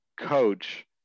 coach